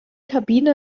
kabine